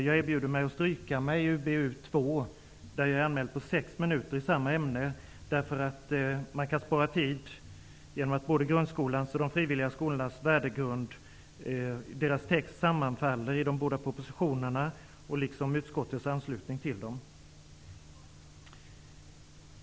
Jag erbjuder mig att stryka mig från talarlistan för debatten om utbildningsutskottets betänkande 2. Jag har anmält att jag vill tala i sex minuter om det ämne jag skall tala om nu. Man kan spara tid genom att tala om grundskolans och de frivilliga skolornas värdegrund samtidigt. De båda propositionernas formuleringar om dessa skolformer sammanfaller, liksom utskottets anslutning till dem.